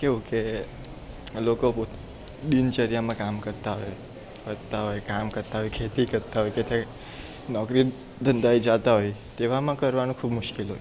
કેવું કે લોકો પોતાના દિનચર્યામાં કામ કરતા હોય કરતા હોય કામ કરતા હોય ખેતી કરતા હોય કશે નોકરી ધંધાએ જાતા હોય તેવામાં કરવાનું ખુબ મુશ્કેલ હોય